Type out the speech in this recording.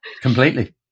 completely